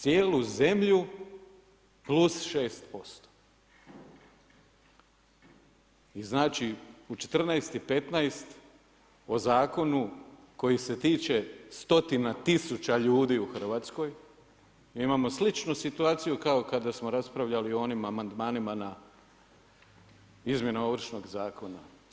Cijelu zemlju, plus 6% I znači u 14 i 15 o zakonu koji se tiče stotina tisuća ljudi u Hrvatskoj, mi imamo sličnu situaciju kao kada smo raspravljali o onim amandmanima na izmjene Ovršnog zakona.